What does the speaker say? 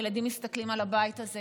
הילדים מסתכלים על הבית הזה